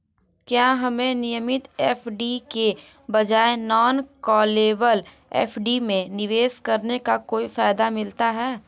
क्या हमें नियमित एफ.डी के बजाय नॉन कॉलेबल एफ.डी में निवेश करने का कोई फायदा मिलता है?